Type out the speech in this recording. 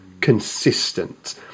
consistent